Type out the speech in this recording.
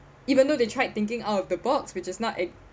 even though they tried thinking out of the box which is not a